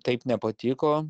taip nepatiko